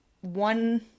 one